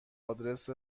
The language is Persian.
آدرس